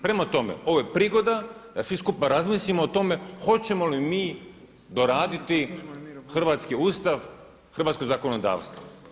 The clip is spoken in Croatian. Prema tome, ovo je prigoda da svi skupa razmislimo o tome hoćemo li mi doraditi hrvatski Ustav, hrvatsko zakonodavstvo.